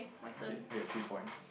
K I get three points